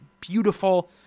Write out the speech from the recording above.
beautiful